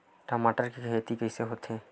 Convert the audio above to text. टमाटर के खेती कइसे होथे?